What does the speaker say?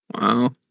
Wow